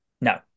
No